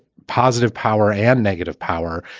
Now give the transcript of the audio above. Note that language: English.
positive power and negative power.